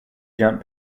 jump